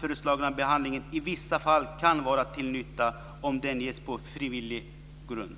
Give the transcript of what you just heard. föreslagna behandlingen i vissa fall kan vara till nytta om den ges på frivillig grund.